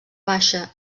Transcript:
baixa